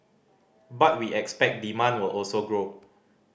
but we expect demand will also grow